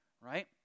right